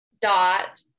dot